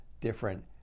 different